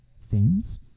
themes